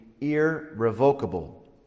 irrevocable